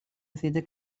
رسیده